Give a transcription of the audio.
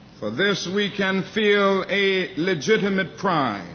for this, we can feel a legitimate pride